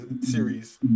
series